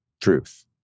truth